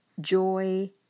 joy